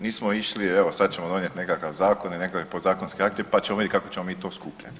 Nismo išli evo sad ćemo donijet nekakav zakon i nekakve podzakonske akte, pa ćemo vidjet kako ćemo mi to skupljat.